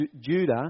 Judah